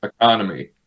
Economy